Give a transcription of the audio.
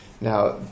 now